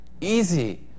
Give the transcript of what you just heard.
easy